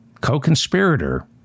co-conspirator